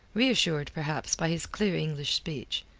reassured perhaps by his clear english speech,